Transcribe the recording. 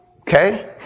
Okay